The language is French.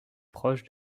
proche